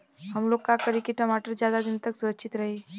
हमलोग का करी की टमाटर ज्यादा दिन तक सुरक्षित रही?